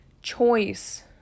choice